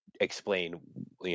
explain